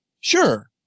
sure